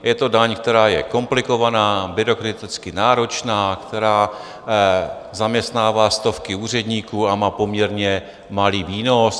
Je to daň, která je komplikovaná, byrokraticky náročná, která zaměstnává stovky úředníků a má poměrně malý výnos.